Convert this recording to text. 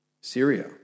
Syria